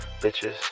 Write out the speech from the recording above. Bitches